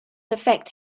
affect